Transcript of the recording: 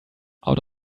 out